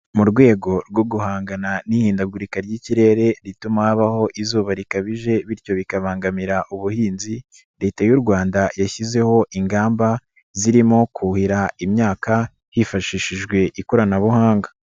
Mu rwego rwo guhangana n'ihindagurika ry'ikirere rituma habaho izuba rikabije bityo bikabangamira ubuhinzi, Leta y'u Rwanda yashyizeho ingamba zirimo kuhira imyaka hifashishijwe ikoranabuhanga.